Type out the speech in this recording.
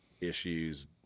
issues